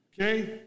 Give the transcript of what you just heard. Okay